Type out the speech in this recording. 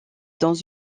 dans